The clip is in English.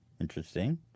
Interesting